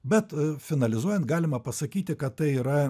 bet finalizuojant galima pasakyti kad tai yra